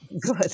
Good